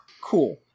Cool